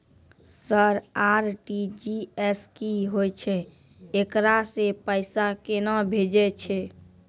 Sir RTGS की होय छै, एकरा से पैसा केना भेजै छै?